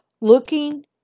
looking